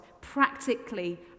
practically